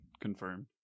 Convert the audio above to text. confirmed